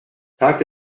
tag